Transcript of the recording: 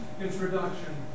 introduction